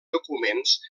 documents